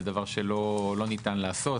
זה דבר שלא ניתן לעשות,